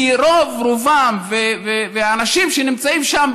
כי רוב-רובם של האנשים שנמצאים שם,